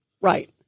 Right